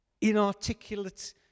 inarticulate